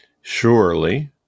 surely